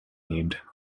named